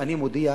אני מודיע: